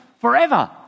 forever